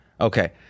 Okay